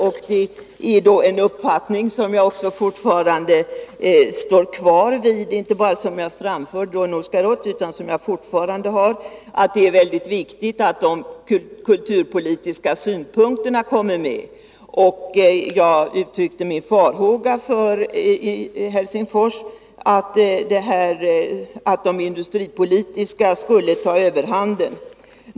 Jag står fortfarande kvar vid den uppfattningen — det var inte något som jag bara framförde i Nordiska rådet. Jag anser fortfarande att det är mycket viktigt att de kulturpolitiska synpunkterna kommer med. Jag uttryckte i Helsingfors mina farhågor för att de industripolitiska synpunkterna skulle ta överhanden.